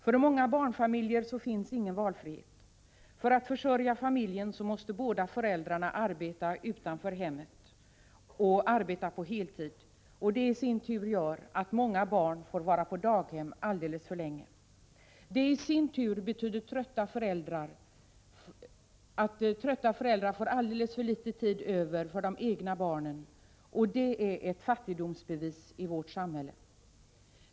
För många barnfamiljer finns ingen valfrihet. För att försörja familjen måste båda föräldrarna arbeta utanför hemmet — på heltid. Det i sin tur gör att många barn får vara på daghem alldeles för länge. Det i sin tur betyder att trötta föräldrar får alldeles för litet tid över för de egna barnen, och det är ett fattigdomsbevis i vårt samhälle.